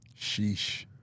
Sheesh